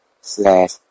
slash